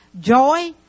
Joy